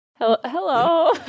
Hello